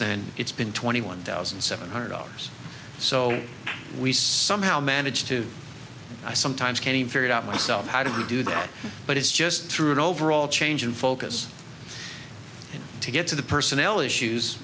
then it's been twenty one thousand seven hundred dollars so we somehow managed to i sometimes can't figure it out myself how to do that but it's just through an overall change in focus to get to the personnel issues